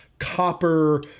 copper